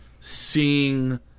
seeing